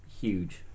huge